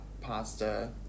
pasta